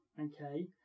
Okay